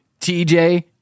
TJ